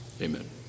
Amen